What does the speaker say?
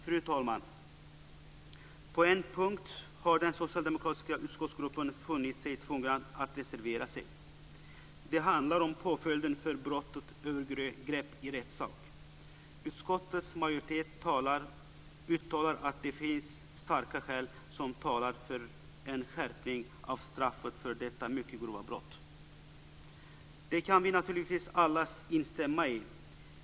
Fru talman! På en punkt har den socialdemokratiska utskottsgruppen sett sig tvungen att reservera sig. Det handlar om påföljden för brottet övergrepp i rättssak. Utskottets majoritet uttalar att det finns starka skäl som talar för en skärpning av straffet för detta mycket grova brott. Det kan vi naturligtvis alla instämma i.